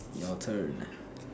your turn